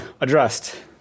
Addressed